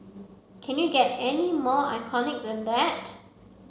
can you get any more iconic than that